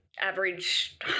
average